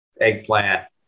eggplant